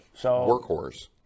workhorse